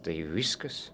tai viskas